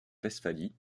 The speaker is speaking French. westphalie